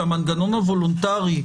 שהמנגנון הוולונטרי,